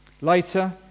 Later